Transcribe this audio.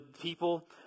people